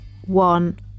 one